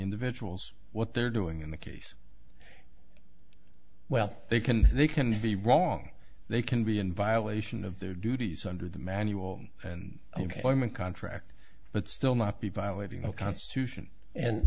individuals what they're doing in the case well they can they can be wrong they can be in violation of their duties under the manual and i'm a contract but still not be violating the constitution and